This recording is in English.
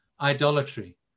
idolatry